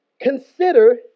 Consider